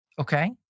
Okay